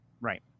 Right